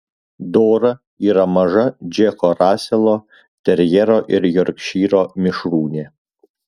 dora yra maža džeko raselo terjero ir jorkšyro mišrūnė